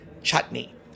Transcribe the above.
Chutney